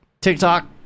TikTok